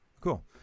Cool